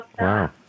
Wow